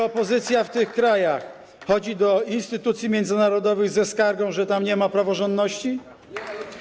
Czy opozycja w tych krajach chodzi do instytucji międzynarodowych ze skargą, że tam nie ma praworządności?